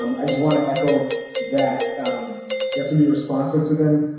um i just want to echo that you have to be responsive to them.